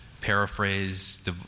paraphrase